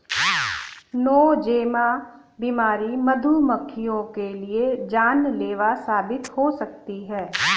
Nosema बीमारी मधुमक्खियों के लिए जानलेवा साबित हो सकती है